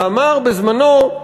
שאמר בזמנו,